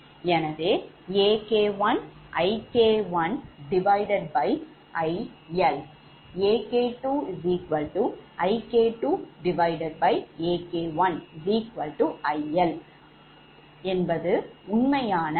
எனவே AK1 𝐼K1𝐼L AK2 𝐼K2 AK1 𝐼L என்பது உண்மையான அளவாக quantity யாக நமக்கு கிடைக்கும்